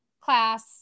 class